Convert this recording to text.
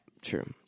true